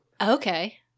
Okay